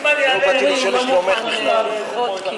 אם אני אעלה, לא נוכל לדחות את ההצבעה.